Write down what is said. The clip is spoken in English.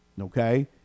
Okay